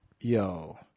yo –